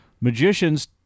magicians